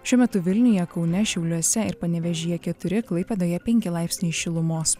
šiuo metu vilniuje kaune šiauliuose ir panevėžyje keturi klaipėdoje penki laipsniai šilumos